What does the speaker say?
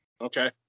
Okay